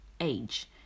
age